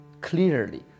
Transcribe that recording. clearly